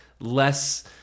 less